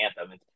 anthem